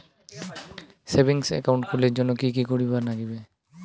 Savings account খুলির জন্যে কি কি করির নাগিবে?